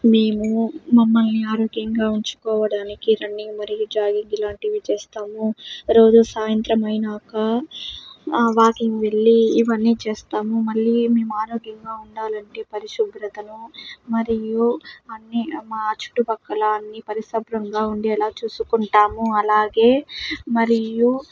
మేము మమ్మల్ని ఆరోగ్యంగా ఉంచుకోవడానికి రన్నింగ్ మరియు జాగింగ్ లాంటివి చేస్తాము రోజు సాయంత్రం అయినాక వాకింగ్ వెళ్లి ఇవన్నీ చేస్తాము మళ్ళీ మేము ఆరోగ్యంగా ఉండాలంటే పరిశుభ్రతను మరియు అన్ని మా చుట్టుపక్కల అన్ని పరిశుభ్రంగా ఉండేలా చూసుకుంటాము అలాగే మరియు